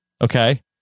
Okay